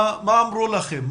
מה אמרו לכם?